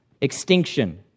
extinction